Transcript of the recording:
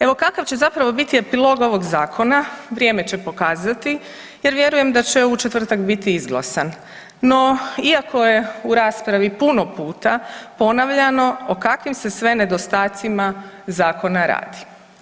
Evo kakav će zapravo biti epilog ovog zakona vrijeme će pokazati jer vjerujem da će u četvrtak biti izglasan, no iako je u raspravi puno puta ponavljano o kakvim se sve nedostacima zakona radi.